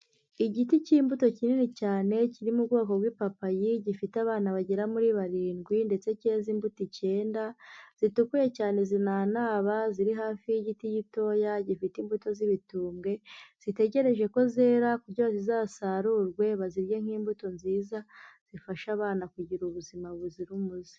Igiti cy'imbuto kinini cyane kiri mu bwoko bw'ipapayi gifite abana bagera muri barindwi ndetse cyeze imbuto icyenda, zitukuye cyane zinanaba, ziri hafi y'igiti gitoya gifite imbuto z'ibitumbwe, zitegereje ko zera kugira ngo zizasarurwe bazirye nk'imbuto nziza zifasha abana kugira ubuzima buzira umuze.